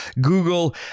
Google